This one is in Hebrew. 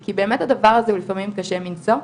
כי באמת הדבר הזה לפעמים קשה מנשוא,